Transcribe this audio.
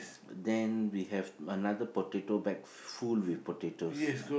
then we have another potato bag full with potatoes